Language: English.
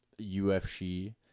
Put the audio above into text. UFC